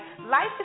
life